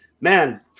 man